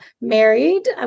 married